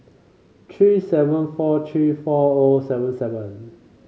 three seven four three four O seven seven